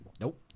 Nope